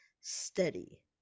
steady